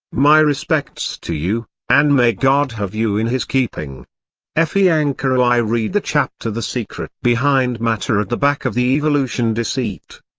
my respects to you, and may god have you in his keeping f e. ankara i read the chapter the secret behind matter at the back of the evolution deceit.